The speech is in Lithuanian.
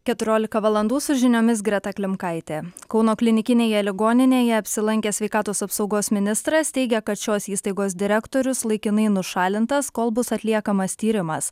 keturiolika valandų su žiniomis greta klimkaitė kauno klinikinėje ligoninėje apsilankęs sveikatos apsaugos ministras teigia kad šios įstaigos direktorius laikinai nušalintas kol bus atliekamas tyrimas